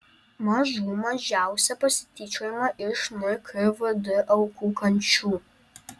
mažų mažiausia pasityčiojama iš nkvd aukų kančių